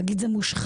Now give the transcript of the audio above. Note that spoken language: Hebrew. להגיד זה מושחת,